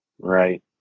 right